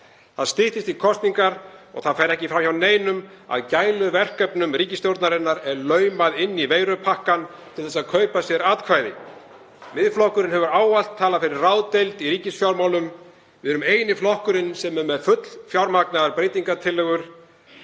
Það styttist í kosningar og það fer ekki fram hjá neinum að gæluverkefnum ríkisstjórnarinnar er laumað inn í veirupakkann til að kaupa sér atkvæði. Miðflokkurinn hefur ávallt talað fyrir ráðdeild í ríkisfjármálum. Við erum eini flokkurinn sem er með fullfjármagnaðar breytingartillögur.